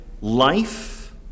life